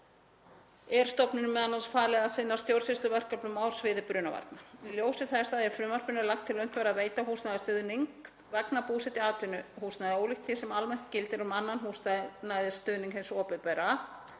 er stofnuninni m.a. falið að sinna stjórnsýsluverkefnum á sviði brunavarna. Í ljósi þess að í frumvarpinu er lagt til að unnt verði að veita húsnæðisstuðning vegna búsetu í atvinnuhúsnæði, ólíkt því sem almennt gildir um annan húsnæðisstuðning hins opinbera,